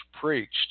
preached